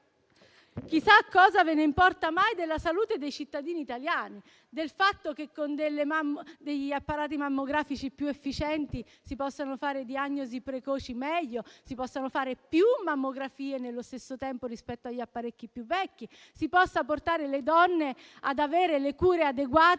Chissà cosa ve ne importa mai della salute dei cittadini italiani, del fatto che con apparecchi mammografici più efficienti si possano fare migliori diagnosi precoci e più mammografie nello stesso tempo rispetto agli apparecchi più vecchi, si possano dare alle donne cure adeguate